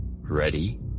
ready